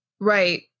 right